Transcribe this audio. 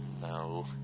No